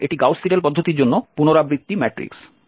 সুতরাং এটি Gauss Seidel পদ্ধতির জন্য পুনরাবৃত্তি ম্যাট্রিক্স